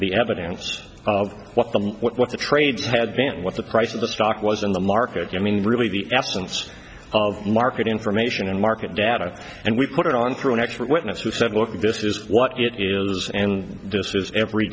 the evidence of what the what the trades had been what the price of the stock was in the market you mean really the absence of market information and market data and we put it on through an expert witness who said look this is what it is and this is every